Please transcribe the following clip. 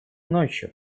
ночью